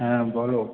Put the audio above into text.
হ্যাঁ বলো